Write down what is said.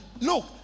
Look